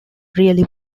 really